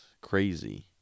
crazy